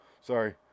sorry